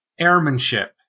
airmanship